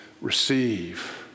Receive